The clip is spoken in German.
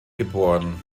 geboren